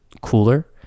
cooler